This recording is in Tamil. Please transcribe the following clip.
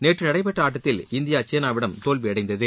நேற்று நடைபெற்ற ஆட்டத்தில் இந்தியா சீனாவிடம் தோல்வியடைந்தது